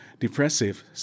depressive